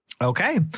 Okay